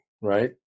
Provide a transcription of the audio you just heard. right